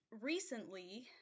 Recently